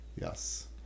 Yes